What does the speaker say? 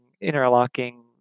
interlocking